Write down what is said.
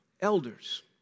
elders